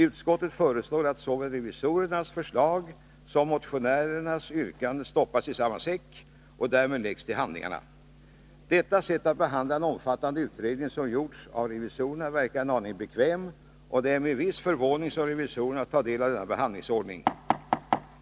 Utskottet föreslår att såväl revisorernas förslag som motionärernas yrkanden stoppas i samma säck och därmed läggs till handlingarna. Detta sätt att behandla en omfattande utredning, som gjorts av revisorerna, verkar en aning bekvämt, och det är med viss förvåning som revisorerna tar del av denna behandlingsordning.